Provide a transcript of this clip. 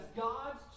God's